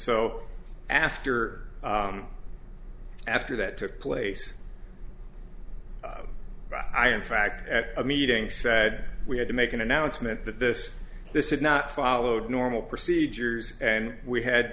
so after after that took place i in fact at a meeting said we had to make an announcement that this this is not followed normal procedures and we had